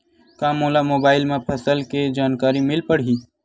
का मोला मोबाइल म फसल के जानकारी मिल पढ़ही?